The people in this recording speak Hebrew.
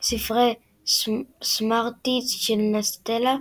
ספרי סמארטיז של נסטלה,